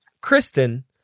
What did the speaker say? Kristen